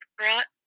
brought